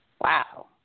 Wow